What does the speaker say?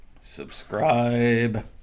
subscribe